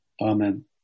Amen